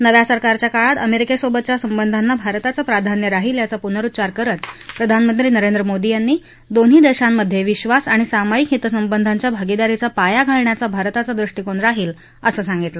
नव्या सरकारच्या काळात अमेरिकेसोबतच्या संबंधांना भारताचं प्राधान्य राहील याचा पुनरुच्चार करत प्रधानमंत्री नरेंद्र मोदी यांनी दोन्ही देशांमधे विश्वास आणि सामायिक हितसंबंधांच्या भागीदारीचा पाया घालण्याचा भारताचा दृष्टिकोन राहील असं सांगितलं